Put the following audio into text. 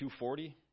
240